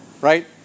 Right